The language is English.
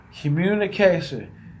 Communication